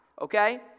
Okay